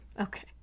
okay